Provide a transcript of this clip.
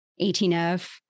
18F